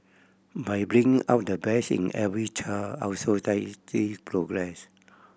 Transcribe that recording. by bringing out the best in every child our society progress